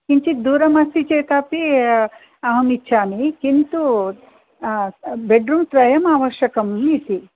किञ्चित् दूरम् अस्ति चेत् अपि अहम् इच्छामि किन्तु बेड्रूम् त्रयम् आवश्यकम् इति